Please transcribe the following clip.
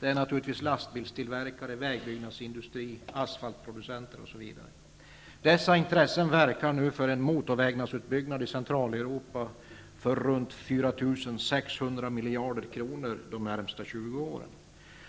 Det är naturligtvis lastbilstillverkare, vägbyggnadsindustri, asfaltproducenter, osv. Dessa intressen verkar nu för en motorvägsutbyggnad i Centraleuropa för runt 4 600 miljarder kronor under de närmaste 20 åren.